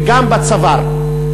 וגם בצוואר.